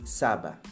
saba